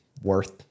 worth